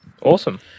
Awesome